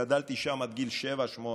גדלתי שם עד גיל שבע-שמונה,